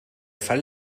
fall